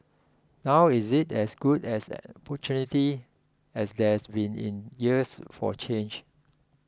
now is it as good as an opportunity as there's been in years for change